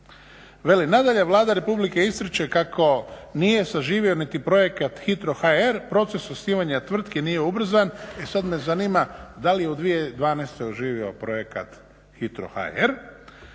Veli nadalje Vlada RH ističe kako nije saživio niti projekat Hitro HR, proces osnivanja tvrtki nije ubrzan e sad me zanima da li u 2012. oživio projekat Hitro HR